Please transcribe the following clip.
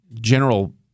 general